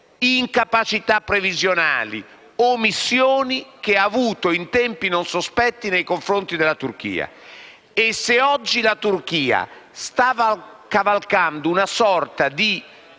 incapacità previsionali e omissioni che ha avuto in tempi non sospetti nei confronti della Turchia. Se oggi la Turchia sta cavalcando una sorta di